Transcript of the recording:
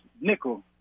nickel